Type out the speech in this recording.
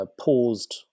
paused